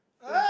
like